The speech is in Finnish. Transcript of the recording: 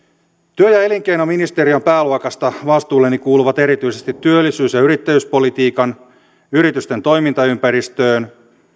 työ ja elinkeinoministeriön pääluokasta vastuulleni kuuluvat erityisesti työllisyys ja yrittäjyyspolitiikkaan yritysten toimintaympäristöön